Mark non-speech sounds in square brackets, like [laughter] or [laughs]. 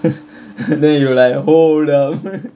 [laughs] then you like hold up